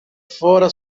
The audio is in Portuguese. fora